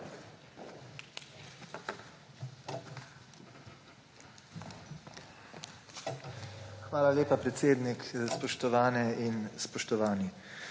Hvala lepa, predsednik. Spoštovane in spoštovani!